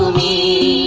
the